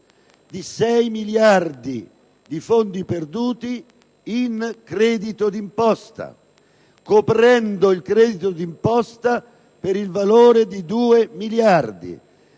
di 6 miliardi di euro di fondi perduti in credito di imposta, coprendo il credito di imposta per il valore di 2 miliardi